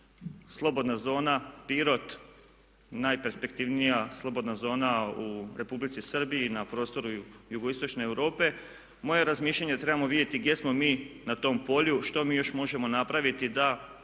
slobodna zona Pirot najperspektivnija slobodna zona u Republici Srbiji na prostoru jugoistočne Europe. Moje razmišljanje je da trebamo vidjeti gdje smo mi na tom polju, što mi još možemo napraviti da